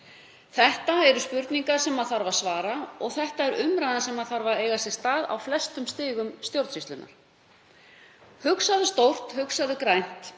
Þetta eru spurningar sem þarf að svara og þetta er umræða sem þarf að eiga sér stað á flestum stigum stjórnsýslunnar. Hugsaðu stórt, hugsaðu grænt,